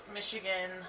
Michigan